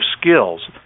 skills